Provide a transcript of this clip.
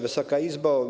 Wysoka Izbo!